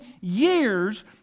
years